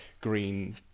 green